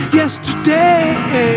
yesterday